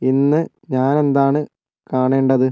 ഇന്ന് ഞാനെന്താണ് കാണേണ്ടത്